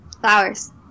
Flowers